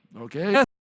Okay